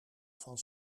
van